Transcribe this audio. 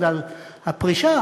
בגלל הפרישה,